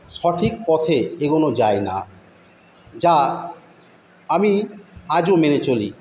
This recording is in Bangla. সঠিক পথে এগোনো যায় না যা আমি আজও মেনে চলি